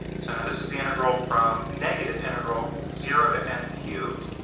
so now, this is the integral from negative integral zero to m cubed